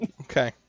Okay